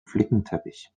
flickenteppich